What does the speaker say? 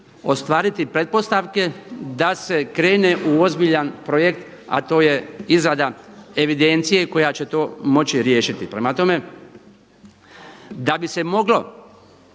ostvariti pretpostavke da se krene u ozbiljan projekt a to je izrada evidencije koja će to moći riješiti. Prema tome, da bi se moglo